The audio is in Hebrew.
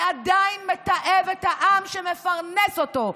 ועדיין מתעב את העם שמפרנס אותו.